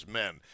men